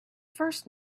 first